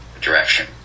direction